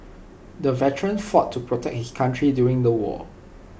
the veteran fought to protect his country during the war